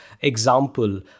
example